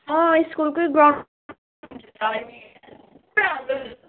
अँ स्कुलकै ग्राउन्ड